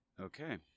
Okay